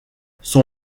son